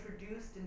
introduced